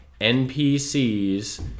npcs